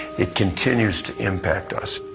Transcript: it continues to impact us.